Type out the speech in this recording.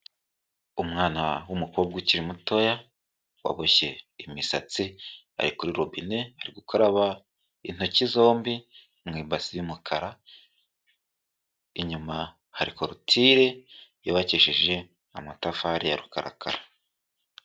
Umwana w'umukobwa ukiri mutoya, waboshye imisatsi, ari kuri robine ari gukaraba intoki zombi mu ibasi y'umukara, inyuma hari korotire yabakishije amatafari ya rukarakara.